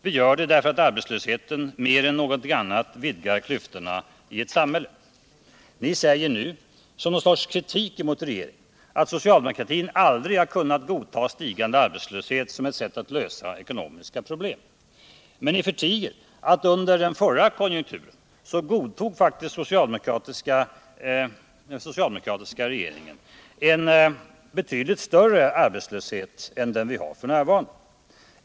Vi gör det därför att arbetslösheten mer än någonting annat vidgar klyftorna i ett samhälle. Ni säger nu som någon sorts kritik mot regeringen att socialdemokratin aldrig har kunnat godta stigande arbetslöshet som ett sätt att lösa ekonomiska problem. Men ni förtiger att den socialdemokratiska regeringen under den förra lågkonjunkturen faktiskt godtog en betydligt större arbetslöshet än den vi har f.n.